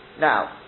Now